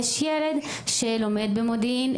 יש ילד שלומד במודיעין,